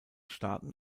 staaten